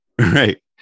right